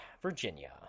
Virginia